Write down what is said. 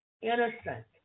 Innocent